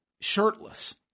shirtless